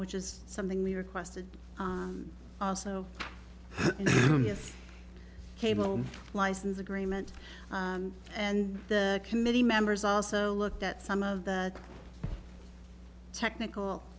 which is something we requested also cable license agreement and the committee members also looked at some of the technical